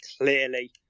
clearly